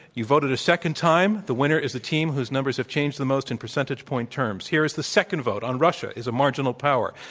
you voted a second time. the winner is the team whose numbers have changed the most in percentage-point terms. ere is the second vote on russia is a marginal power.